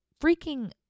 freaking